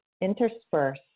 intersperse